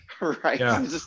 right